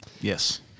yes